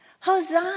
Hosanna